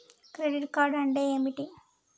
Credit card అంటే ఏమిటి?